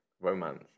Romance